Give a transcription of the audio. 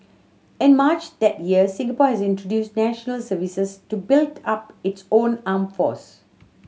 in March that year Singapore had introduced national services to build up its own armed force